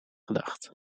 gedacht